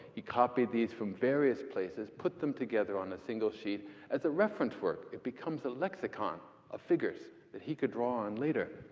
he copied these from various places, put them together on a single sheet as a reference work. it becomes a lexicon of figures that he could draw on later.